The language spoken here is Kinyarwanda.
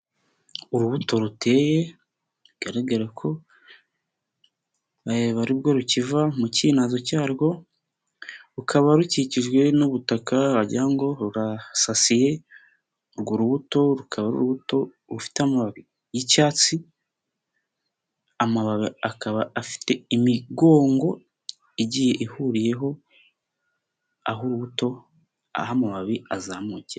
Urubuto ruteye bigaragara kore aribwo rukiva mu kinazo cyarwo, rukaba rukikijwe n'ubutaka wagira ngo rurasasiye, urwo rubuto rukaba ari urubuto rufite amababi y'icyatsi, amababi akaba afite imigongo igiye ihuriyeho aho urubuto, aho amababi azamukira.